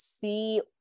see